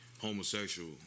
Homosexual